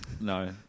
No